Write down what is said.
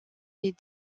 est